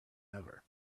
ever